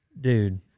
Dude